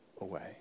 away